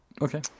okay